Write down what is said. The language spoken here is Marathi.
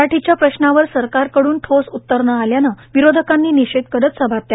मराठीच्या प्रश्नावर सरकारकडून ठोस उत्तर न आल्यानं विरोधकांनी निषेध करीत सभात्याग केला